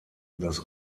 das